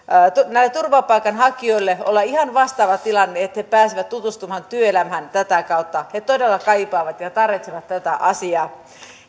näille turvapaikanhakijoille olla ihan vastaava tilanne että he pääsevät tutustumaan työelämään tätä kautta he todella kaipaavat ja tarvitsevat tätä asiaa